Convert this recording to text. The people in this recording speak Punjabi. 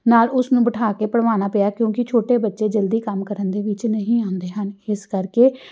ਨਾਲ ਉਸ ਨੂੰ ਬਿਠਾ ਕੇ ਪਰਵਾਣਾ ਪਿਆ ਕਿਉਂਕਿ ਛੋਟੇ ਬੱਚੇ ਜਲਦੀ ਕੰਮ ਕਰਨ ਦੇ ਵਿੱਚ ਨਹੀਂ ਆਉਂਦੇ ਹਨ ਇਸ ਕਰਕੇ